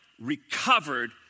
recovered